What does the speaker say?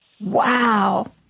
Wow